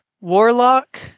Warlock